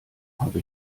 habe